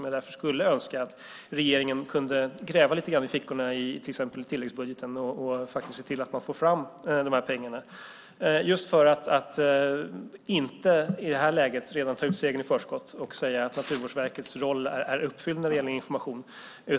Jag skulle önska att regeringen kunde gräva lite i fickorna i till exempel tilläggsbudgeten och se till att man får fram de här pengarna just för att inte ta ut segern i förskott och säga att Naturvårdsverkets roll är uppfylld när det gäller information.